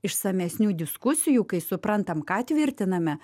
išsamesnių diskusijų kai suprantam ką tvirtiname